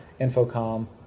Infocom